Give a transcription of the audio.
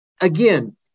again